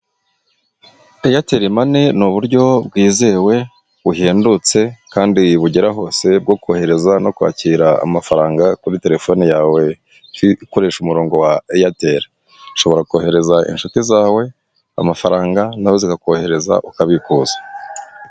Eyaterimani ni uburyo bwizewe buhendutse kandi bugera hose bwo kohereza no kwakira amafaranga kuri terefone yawe ukoresha umurongo wa eyateri, ushobora koherereza inshuti zawe amafaranga na zo zikakoherereza ukabikuza.